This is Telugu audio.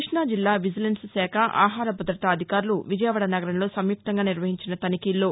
కృష్ణుజిల్లా విజిలెన్స్ శాఖ ఆహార భద్రత అధికారులు విజయవాడ నగరంలో సంయుక్తంగా నిర్వహించిన తనిఖీల్లో